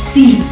See